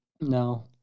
No